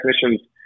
technicians